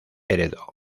heredó